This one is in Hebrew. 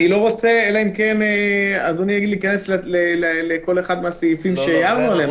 אלא אם כן אדוני יגיד לי להיכנס לכל אחד מהסעיפים שהערנו עליהם.